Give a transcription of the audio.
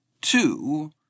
two